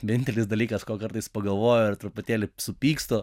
vienintelis dalykas ko kartais pagalvoju ar truputėlį supykstu